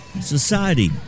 Society